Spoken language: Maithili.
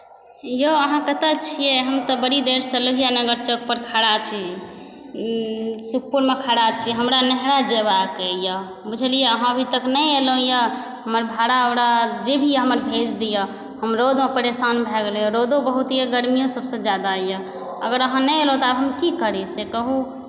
यौ अहाँ कतऽ छियै हम तऽ बड़ी देरसे लोहिआ नगर चौक पर खड़ा छी सुखपुरमे खड़ा छी हमरा नहाय जयबाक यऽ बुझलियै अहाँ अभी तक नहि एलहुँ यऽ हमर भाड़ा उड़ा जेभी हमर भेज दिअ हम रौदमे परेशान भऽ गेलहुँ हँ रौदो बहुत यऽ गर्मिओ सबसे ज्यादा यऽ अगर अहाँ नहि एलहुँ तऽ आब हम की करी से कहू